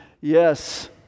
Yes